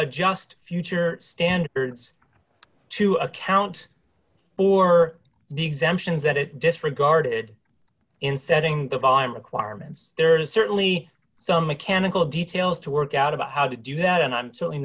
adjust future standards to account for the exemptions that it's disregarded in setting the volume requirements there are certainly some mechanical details to work out about how to do that and i'm